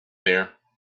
there